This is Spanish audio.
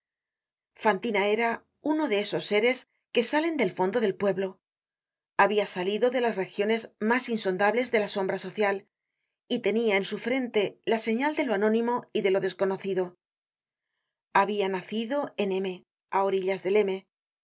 fantina era uno de esos seres que salen del fondo del pueblo habia balido de las regiones mas insondables de la sombra social y tenia en su frente la señal de lo anónimo y de lo desconocido habia nacido en m á orillas del